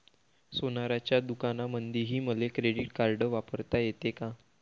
सोनाराच्या दुकानामंधीही मले क्रेडिट कार्ड वापरता येते का?